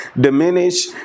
diminish